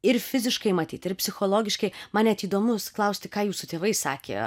ir fiziškai matyt ir psichologiškai man net įdomus klausti ką jūsų tėvai sakė